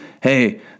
hey